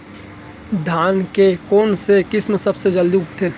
धान के कोन से किसम सबसे जलदी उगथे?